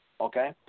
okay